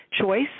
choice